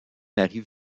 marie